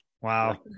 Wow